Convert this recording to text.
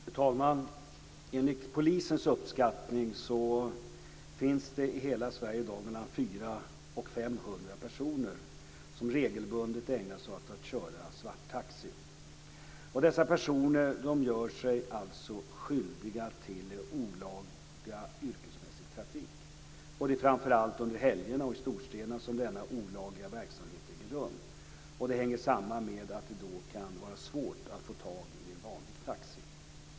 Fru talman! Enligt polisens uppskattning finns det i hela Sverige i dag mellan 400 och 500 personer som regelbundet ägnar sig åt att köra svarttaxi. Dessa personer gör sig skyldiga till olaga yrkesmässig trafik. Det är framför allt under helgerna och i storstäderna som denna olagliga verksamhet äger rum, och det hänger samman med att det då kan vara svårt att få tag i en vanlig taxi.